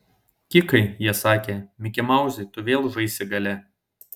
kikai jie sakė mikimauzai tu vėl žaisi gale